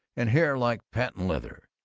and hair like patent leather.